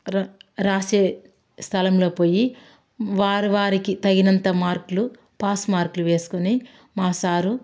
ర రాసే స్థలంలో పోయి వారువారికి తగినంత మార్కులు పాస్ మార్కులు వేసుకొని మా సారు